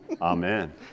Amen